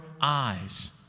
eyes